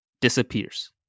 disappears